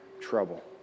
trouble